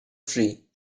free